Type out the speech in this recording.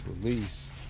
release